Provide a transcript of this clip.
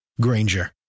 Granger